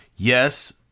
Yes